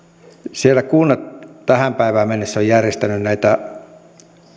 siellä kunnat tähän päivään mennessä ovat järjestäneet näitä